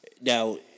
Now